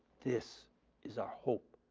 this is our hope.